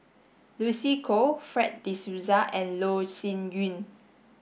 Lucy Koh Fred de Souza and Loh Sin Yun